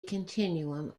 continuation